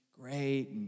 great